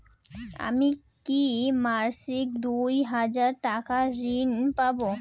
আমি কি মাসিক দুই হাজার টাকার ঋণ পাব?